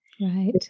Right